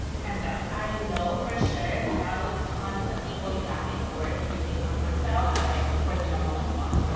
hands down. i know for sure that was constantly going back and forth between gangnam style as like for the number one spot.